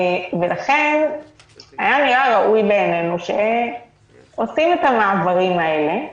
ולכן היה ראוי בעינינו שעושים את המעברים האלה,